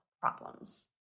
problems